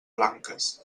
blanques